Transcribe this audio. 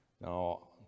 Now